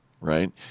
right